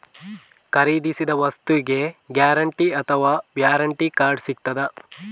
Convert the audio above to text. ಖರೀದಿಸಿದ ವಸ್ತುಗೆ ಗ್ಯಾರಂಟಿ ಅಥವಾ ವ್ಯಾರಂಟಿ ಕಾರ್ಡ್ ಸಿಕ್ತಾದ?